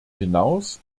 hinaus